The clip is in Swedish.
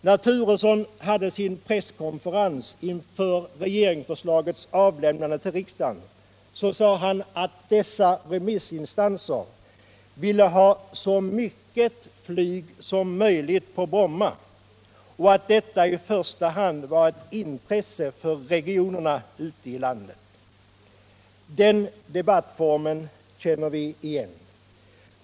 När Bo Turesson hade sin presskonferens inför regeringsförslagets överlämnande till riksdagen sade han att dessa remissinstanser ”ville ha så mycket flyg som möjligt på Bromma” och att detta i första hand var ”ett intresse för regionerna ute i landet”. Den debattformen känner vi igen.